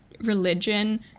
religion